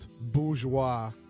bourgeois